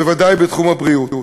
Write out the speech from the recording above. בוודאי בתחום הבריאות.